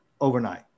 overnight